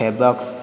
ଫେବକ୍ସ